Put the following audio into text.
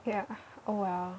ya oh well